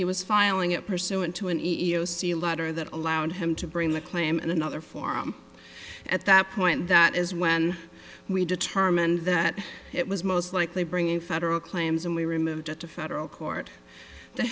he was filing it pursuant to an ego see letter that allowed him to bring the claim in another forum at that point that is when we determined that it was most likely bringing federal claims and we removed it to federal court t